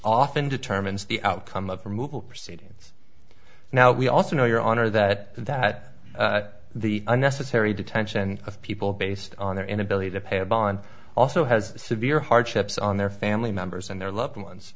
often determines the outcome of the move proceedings now we also know your honor that that the unnecessary detention of people based on their inability to pay a bond also has severe hardships on their family members and their loved ones